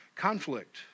conflict